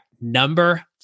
number